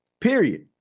period